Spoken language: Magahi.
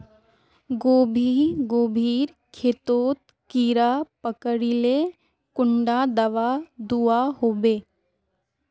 गोभी गोभिर खेतोत कीड़ा पकरिले कुंडा दाबा दुआहोबे?